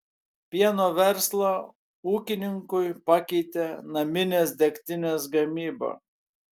pieno verslą ūkininkui pakeitė naminės degtinės gamyba